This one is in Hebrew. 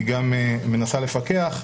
היא גם מנסה לפקח,